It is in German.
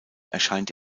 erscheint